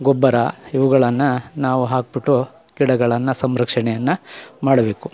ಗೊಬ್ಬರ ಇವುಗಳನ್ನು ನಾವು ಹಾಕಿಬಿಟ್ಟು ಗಿಡಗಳನ್ನು ಸಂರಕ್ಷಣೆಯನ್ನು ಮಾಡಬೇಕು